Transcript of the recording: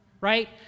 right